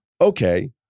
Okay